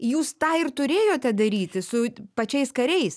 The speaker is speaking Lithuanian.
jūs tą ir turėjote daryti su pačiais kariais